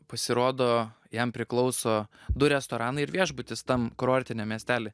pasirodo jam priklauso du restoranai ir viešbutis tam kurortiniam miestely